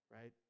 right